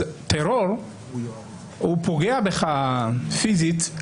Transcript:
טרור פוגע בך פיזית,